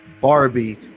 Barbie